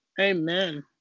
Amen